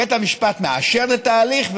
בית המשפט מאשר את התהליך,